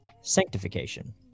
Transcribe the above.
sanctification